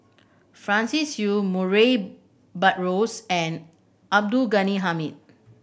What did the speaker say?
Francis Seow Murray Buttrose and Abdul Ghani Hamid